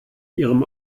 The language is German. ihrem